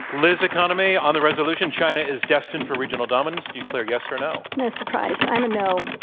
liz economy, on the resolution china is destined for regional dominance, do you declare yes or no? no surprise, i'm a no.